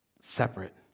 separate